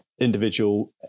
individual